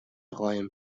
قایم